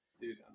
Dude